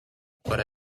but